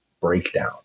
breakdown